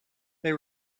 they